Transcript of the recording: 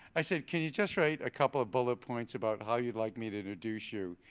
i said, can you just write a couple of bullet points about how you'd like me to introduce you,